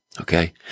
Okay